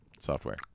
software